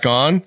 on